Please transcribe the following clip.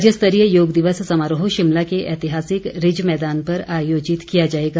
राज्य स्तरीय योग दिवस समारोह शिमला के ऐतिहासिक रिज मैदान पर आयोजित किया जाएगा